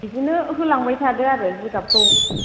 बिदिनो होलांबाय थादो आरो जिगाबखौ